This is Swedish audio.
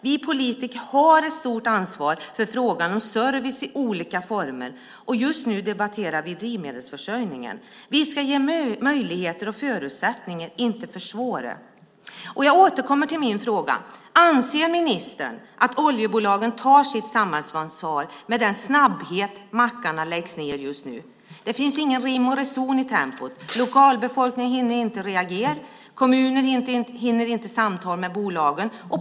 Vi politiker har ett stort ansvar för frågan om service i olika former. Just nu debatterar vi drivmedelsförsörjningen. Vi ska ge möjligheter och förutsättningar, inte försvåra. Jag återkommer till min fråga. Anser ministern att oljebolagen tar sitt samhällsansvar när mackarna läggs ned så snabbt just nu? Det finns ingen rim och reson i tempot. Lokalbefolkningen hinner inte reagera. Kommunen hinner inte samtala med bolagen.